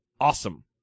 awesome